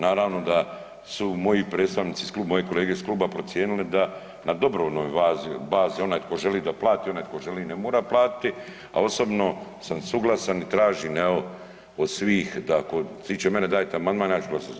Naravno da su moji predstavnici moji kolege iz Kluba procijenili da na dobrovoljnoj bazi onaj tko želi da plati, onaj tko želi ne mora platiti, a osobno sam suglasan i tražim evo od svih da što se tiče mene dajte amandman ja ću glasati za.